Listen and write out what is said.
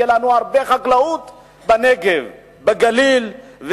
תהיה לנו הרבה חקלאות בנגב ובגליל,